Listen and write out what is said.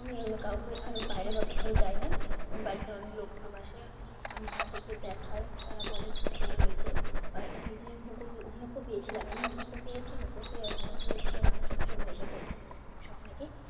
আমি কাউকে আরও বাইরে বা কোথাও যাই নাার বাড়িতে অনেক লোক কুটুম আসে আমি তাদেরকে দেখাই তারা বলে খুব সুন্দর হয়েছে আগে যে হুঁকোটু হুঁকো পেয়েছিলাম আমি হুঁকো পেয়েছি হুঁকোর দিয়ে ন গিয়ে মানুষ নাকি সব নেশা করতো খেত সব নাকি